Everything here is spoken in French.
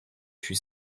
fut